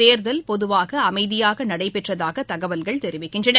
தேர்தல் பொதுவாக அமைதியாக நடைபெற்றதாக தகவல்கள் தெரிவிக்கின்றன